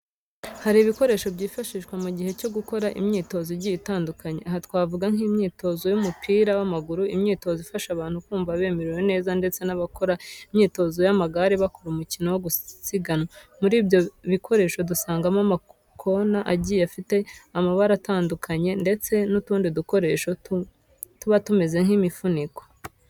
Hari ibikoresho byifashishwa mu gihe cyo gukora imyitozo igiye itandukanye. Aha twavuga nk'imyitozo y'umupira w'amaguru, imyitozo ifasha abantu kumva bamerewe neza ndetse n'abakora imyitozo y'amagare bakora umukino wo gusiganwa. Muri ibyo bikoresho dusangama amakona agiye afite amabara atandukanye ndetse n'utundi dukoresho tuba tumeze nk'imifuniko.